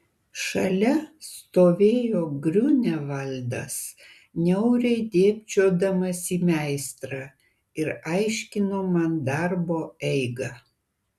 šalia stovėjo griunevaldas niauriai dėbčiodamas į meistrą ir aiškino man darbo eigą